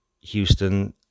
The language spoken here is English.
Houston